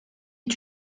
est